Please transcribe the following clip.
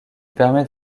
permet